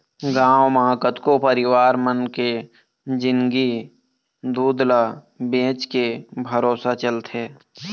गांव म कतको परिवार मन के जिंनगी दूद ल बेचके भरोसा चलथे